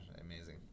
Amazing